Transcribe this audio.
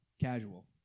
Casual